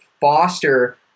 foster